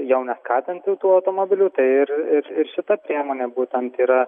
jau neskatinti tų automobilių ir ir ir šita priemonė būtent yra